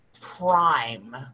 prime